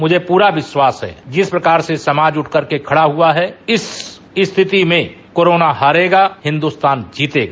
मुझे पूरा विश्वास है जिस प्रकार से समाज उठ करके खड़ा हुआ है इस स्थिति में कोरोना हारेगा हिन्दुस्तान जीतेगा